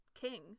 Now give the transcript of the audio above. king